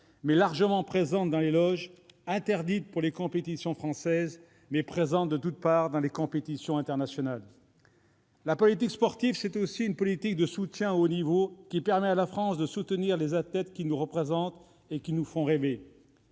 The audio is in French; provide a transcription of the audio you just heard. mais largement présente dans les loges, et interdite pour les compétitions françaises mais présente de toutes parts dans les compétitions internationales. La politique sportive est aussi une politique de soutien au haut niveau, qui permet à la France de soutenir les athlètes qui nous représentent et qui nous font rêver.